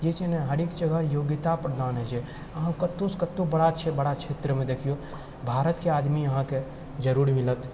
जे छै ने हरेक जगह योग्यता प्रदान होइ छै अहाँ कतहुसँ कतहु बड़ासँ बड़ा क्षेत्रमे देखिऔ भारतके आदमी अहाँके जरूर मिलत